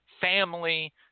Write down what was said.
family